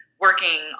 working